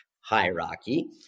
hierarchy